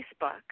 Facebook